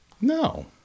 No